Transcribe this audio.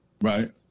right